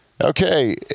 Okay